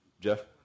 Jeff